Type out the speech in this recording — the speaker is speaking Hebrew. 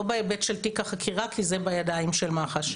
לא בהיבט של תיק החקירה כי זה בידיים של מח"ש.